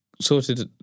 sorted